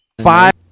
Five